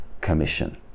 commission